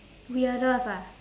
weirdest ah